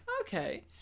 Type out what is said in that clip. Okay